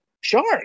shark